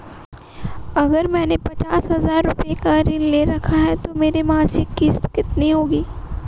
अगर मैंने पचास हज़ार रूपये का ऋण ले रखा है तो मेरी मासिक किश्त कितनी होगी?